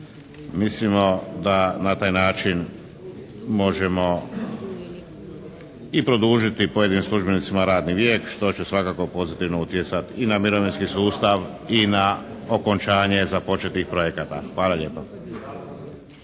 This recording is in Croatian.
Mislimo da na taj način možemo i produžiti pojedinim službenicima radni vijek što će svakako pozitivno utjecati i na mirovinski sustav i na okončanje započetih projekata. Hvala lijepo.